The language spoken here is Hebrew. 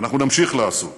ואנחנו נמשיך לעשות